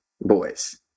boys